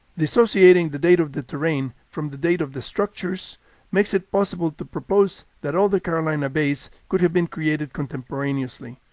dissociating the date of the terrain from the date of the structures makes it possible to propose that all the carolina bays could have been created contemporaneously.